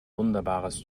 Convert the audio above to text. wunderbares